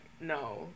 no